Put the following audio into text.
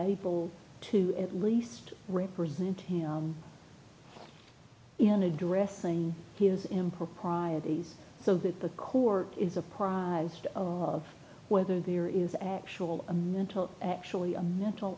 people to at least represent him in addressing his improprieties so that the court is apprised of whether there is actual a mental actually a mental